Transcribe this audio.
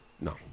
No